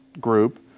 group